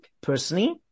personally